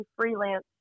freelance